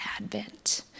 Advent